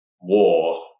war